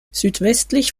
südwestlich